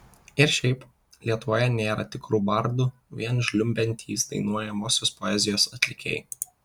ir šiaip lietuvoje nėra tikrų bardų vien žliumbiantys dainuojamosios poezijos atlikėjai